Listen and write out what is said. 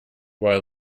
while